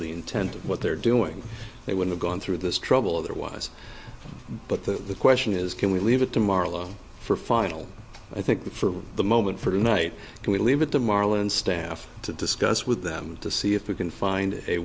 the intent of what they're doing they would have gone through this trouble otherwise but the question is can we leave it to marlowe for final i think for the moment for tonight and we'll leave it to marlon staff to discuss with them to see if we can find a